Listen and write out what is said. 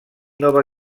nova